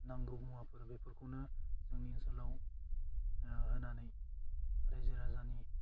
नांगौ मुवाफोर बेफोरखौनो जोंनि ओनसोलाव ओह होनानै रायजो राजानि